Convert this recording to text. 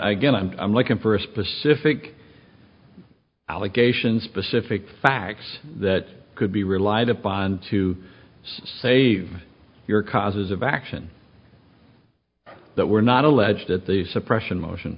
again i'm looking for a specific allegations specific facts that could be relied upon to save your causes of action that were not alleged at the suppression motion